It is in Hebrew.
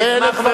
הרי אלה דברים.